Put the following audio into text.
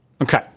Okay